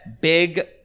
Big